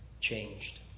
changed